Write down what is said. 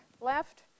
left